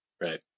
Right